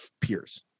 peers